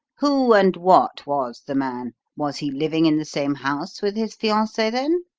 who and what was the man? was he living in the same house with his fiancee, then?